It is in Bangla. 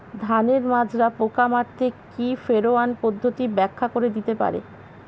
ধানের মাজরা পোকা মারতে কি ফেরোয়ান পদ্ধতি ব্যাখ্যা করে দিতে পারে?